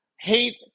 hate